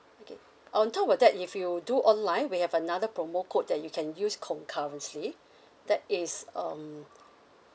okay on top of that if you do online we have another promo code that you can use concurrently that is um